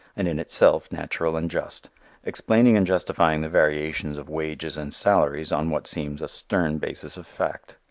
and in itself natural and just explaining and justifying the variations of wages and salaries on what seems a stern basis of fact.